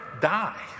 die